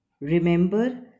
Remember